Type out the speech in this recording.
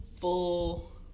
full